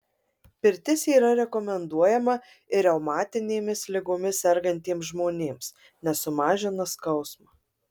pirtis yra rekomenduojama ir reumatinėmis ligomis sergantiems žmonėms nes sumažina skausmą